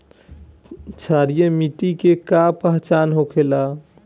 क्षारीय मिट्टी के का पहचान होखेला?